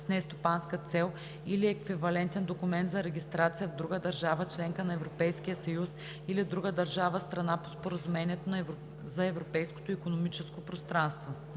с нестопанска цел или еквивалентен документ за регистрация в друга държава – членка на Европейския съюз, или друга държава – страна по Споразумението за Европейското икономическо пространство;